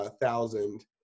thousand